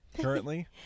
currently